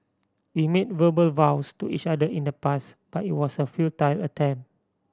we made verbal vows to each other in the past but it was a futile attempt